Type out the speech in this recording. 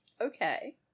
Okay